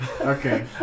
Okay